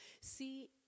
see